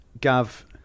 Gav